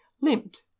limped